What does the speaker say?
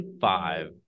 five